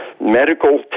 Medical